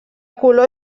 color